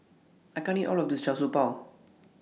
I can't eat All of This Char Siew Bao